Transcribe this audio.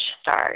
start